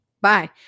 Bye